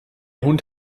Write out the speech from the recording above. hund